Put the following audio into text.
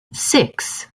six